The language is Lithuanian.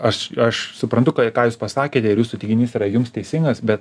aš aš suprantu ką ką jūs pasakėte ir jūsų teiginys yra jums teisingas be